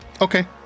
Okay